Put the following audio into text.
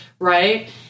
right